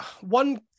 one